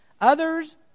Others